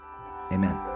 Amen